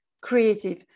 creative